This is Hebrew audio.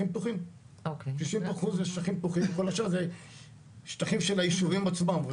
פתוחים וכל השאר אלו שטחים של הישובים עצמם.